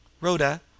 Rhoda